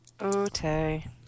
Okay